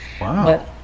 Wow